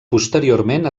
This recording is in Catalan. posteriorment